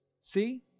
See